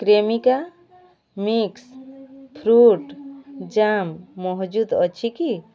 Cremica mix fruit jam ମହଜୁଦ ଅଛି କି